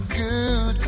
good